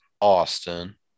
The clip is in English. Austin